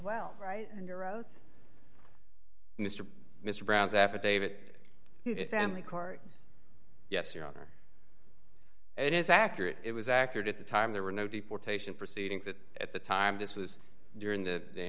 well right and you're out mr mr brown's affidavit family court yes your honor it is accurate it was accurate at the time there were no deportation proceedings that at the time this was during the